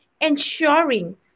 ensuring